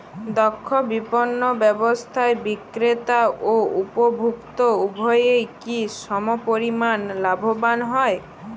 দক্ষ বিপণন ব্যবস্থায় বিক্রেতা ও উপভোক্ত উভয়ই কি সমপরিমাণ লাভবান হয়?